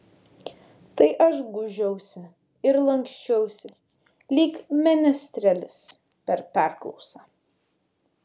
tai aš gūžiausi ir lanksčiausi lyg menestrelis per perklausą